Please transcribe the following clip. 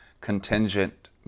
contingent